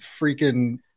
freaking